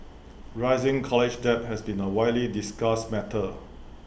rising college debt has been A widely discussed matter